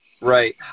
Right